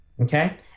Okay